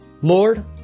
Lord